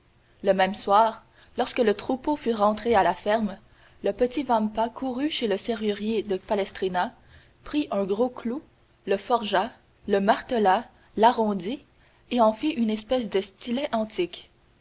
le même soir lorsque le troupeau fut rentré à la ferme le petit vampa courut chez le serrurier de palestrina prit un gros clou le forgea le martela